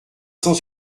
cent